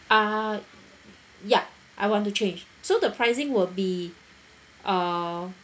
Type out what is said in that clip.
uh ya I want to change so the pricing will be uh